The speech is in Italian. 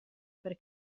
per